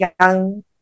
young